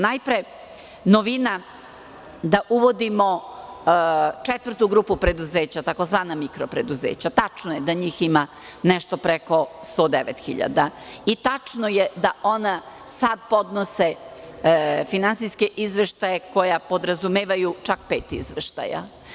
Najpre, novina da uvodimo četvrtu grupu preduzeća, tzv. mikro preduzeća, tačno je da njih ima nešto preko 109.000 i tačno je da ona sada podnose finansijske izveštaje koja podrazumevaju čak pet izveštaja.